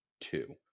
two